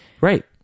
Right